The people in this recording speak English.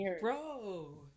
Bro